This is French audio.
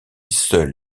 seul